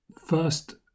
first